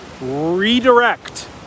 Redirect